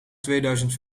tweeduizend